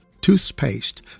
toothpaste